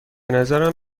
نظرم